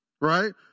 right